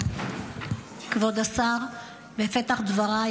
כבוד השר, בפתח דבריי